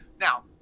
now